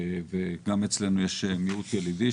וגם אצלנו יש מיעוט ילידי,